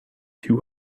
too